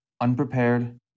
unprepared